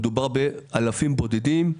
מדובר באלפים בודדים,